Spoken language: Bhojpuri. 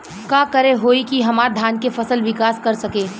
का करे होई की हमार धान के फसल विकास कर सके?